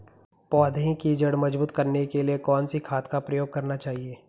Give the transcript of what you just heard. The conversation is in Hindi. पौधें की जड़ मजबूत करने के लिए कौन सी खाद का प्रयोग करना चाहिए?